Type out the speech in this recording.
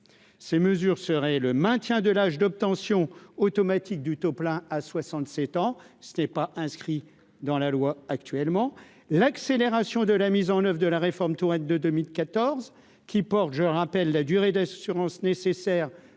ces mesures seraient le maintien de l'âge d'obtention automatique du taux plein à 67 ans, ce n'est pas inscrit dans la loi actuellement l'accélération de la mise en oeuvre de la réforme Touraine de 2014 qui porte, je rappelle la durée d'assurance nécessaire